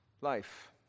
life